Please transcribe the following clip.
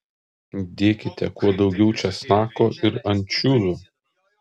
dėkite kuo daugiau česnako ir ančiuvių